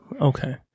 Okay